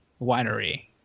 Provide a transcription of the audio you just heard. Winery